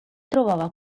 trovava